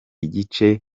igice